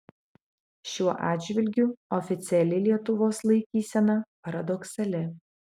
šiuo atžvilgiu oficiali lietuvos laikysena paradoksali